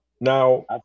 Now